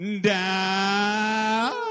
down